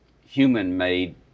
human-made